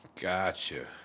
Gotcha